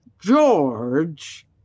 George